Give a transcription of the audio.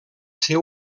ser